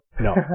No